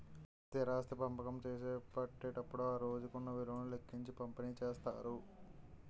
స్థిరాస్తి పంపకం చేపట్టేటప్పుడు ఆ రోజుకు ఉన్న విలువను లెక్కించి పంపిణీ చేస్తారు